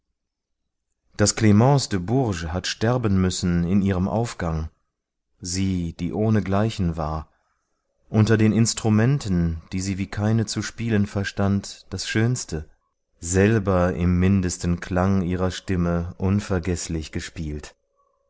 daß clmence de bourges hat sterben müssen in ihrem aufgang sie die ohne gleichen war unter den instrumenten die sie wie keine zu spielen verstand das schönste selber im mindesten klang ihrer stimme unvergeßlich gespielt